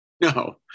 No